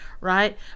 right